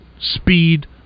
speed